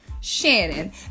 Shannon